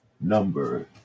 number